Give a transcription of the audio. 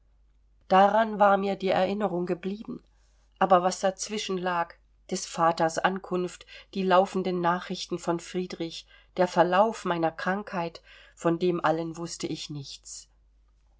daran war mir die erinnerung geblieben aber was dazwischen lag des vaters ankunft die laufenden nachrichten von friedrich der verlauf meiner krankheit von dem allen wußte ich nichts